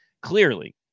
clearly